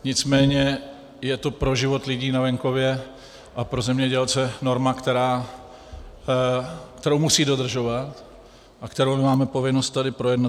Nicméně je to pro život lidí na venkově a pro zemědělce norma, kterou musí dodržovat a kterou my máme povinnost tady projednat.